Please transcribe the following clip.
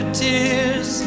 tears